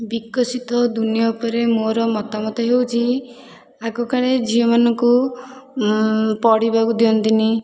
ବିକଶିତ ଦୁନିଆ ଉପରେ ମୋର ମତାମତ ହେଉଛି ଆଗକାଳରେ ଝିଅମାନଙ୍କୁ ପଢ଼ିବାକୁ ଦିଅନ୍ତିନି